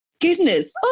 goodness